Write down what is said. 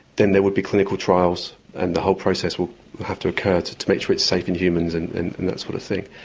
then there would be clinical trials and the whole process will have to occur to to make sure it's safe in humans and and and that sort of thing.